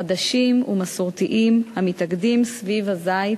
חדשים ומסורתיים המתאגדים סביב הזית,